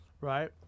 Right